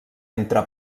entre